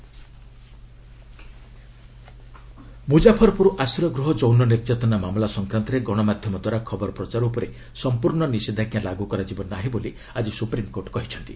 SC shelter home Muzaffarpur ଆଶ୍ରୟ ଗୃହ ଯୌନ ନିର୍ଯାତନା ମାମଲା ସଂକ୍ରାନ୍ତରେ ଗଣମାଧ୍ୟମ ଦ୍ୱାରା ଖବର ପ୍ରଚାର ଉପରେ ସମ୍ପର୍ଣ୍ଣ ନିଷେଧାଜ୍ଞା ଲାଗୁ କରାଯିବ ନାହିଁ ବୋଲି ଆଜି ସୁପ୍ରିମ୍କୋର୍ଟ କହିଛନ୍ତି